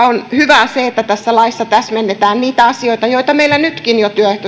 on hyvää se että tässä laissa täsmennetään niitä asioita joita meillä jo nytkin